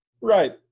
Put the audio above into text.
Right